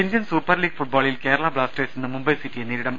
Indian super league ഫുട്ബോളിൽ Kerala Blasters ഇന്ന് മുംബൈ സിറ്റിയെ നേരിടും